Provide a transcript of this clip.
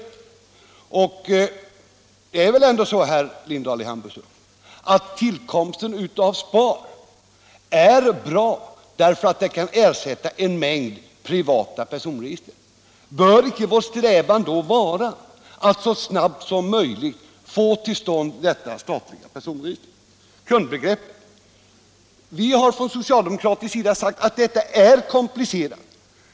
Och tillkomsten av SPAR är väl ändå bra, herr Lindahl, eftersom det kan ersätta en mängd privata personregister. Bör icke vår strävan då vara att så snabbt som möjligt få till stånd detta statliga personregister? Kundbegreppet, har vi från socialdemokratisk sida sagt, är komplicerat.